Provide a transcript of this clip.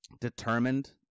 determined